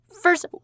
First